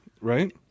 right